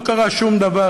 לא קרה שום דבר.